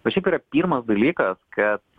bet šiaip yra pirmas dalykas kad